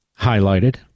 highlighted